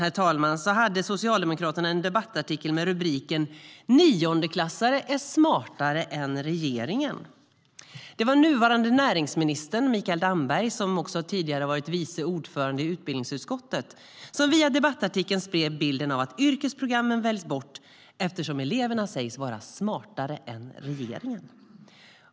För några år sedan hade Socialdemokraterna en debattartikel med rubriken "Niondeklassare är smartare än regeringen". Det var nuvarande näringsminister Mikael Damberg, som tidigare var vice ordförande i utbildningsutskottet, som via debattartikeln spred bilden av att yrkesprogrammen väljs bort eftersom eleverna sas vara smartare än regeringen.